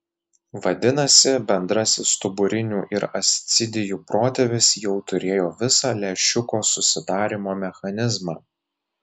vadinasi bendrasis stuburinių ir ascidijų protėvis jau turėjo visą lęšiuko susidarymo mechanizmą